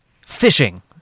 fishing